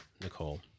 Nicole